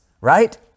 right